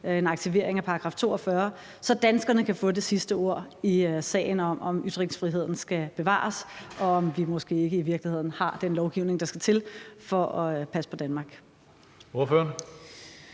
en aktivering af § 42, så danskerne kan få det sidste ord i sagen om, om ytringsfriheden skal bevares, og om vi måske ikke i virkeligheden har den lovgivning, der skal til for at passe på Danmark.